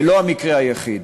זה לא המקרה היחיד.